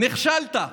נכשלת.